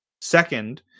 Second